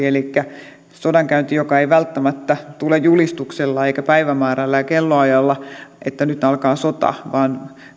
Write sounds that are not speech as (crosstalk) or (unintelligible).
(unintelligible) elikkä sodankäynnistä joka ei välttämättä tule julistuksella eikä päivämäärällä ja kellonajalla että nyt alkaa sota vaan